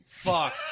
Fuck